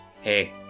Hey